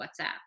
WhatsApp